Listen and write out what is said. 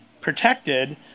protected